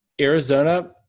arizona